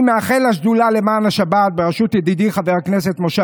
אני מאחל לשדולה למען השבת בראשות ידידי חבר הכנסת משה